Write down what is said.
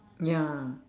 ya